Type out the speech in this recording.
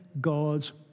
God's